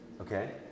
Okay